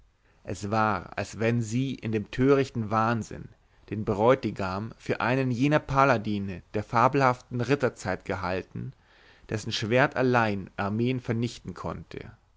es war als wenn sie in törichtem wahnsinn den bräutigam für einen jener paladine der fabelhaften ritterzeit gehalten dessen schwert allein armeen vernichten konnte